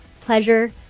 pleasure